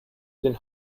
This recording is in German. den